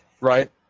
right